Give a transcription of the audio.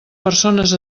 persones